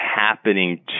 happening